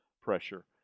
pressure